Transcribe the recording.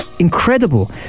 incredible